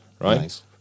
Right